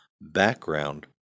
background